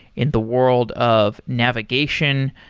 in the world of navigation.